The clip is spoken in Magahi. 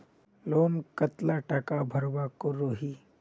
लोन कतला टाका भरवा करोही?